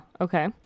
Okay